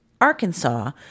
Arkansas